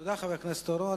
תודה, חבר הכנסת אורון.